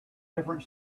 different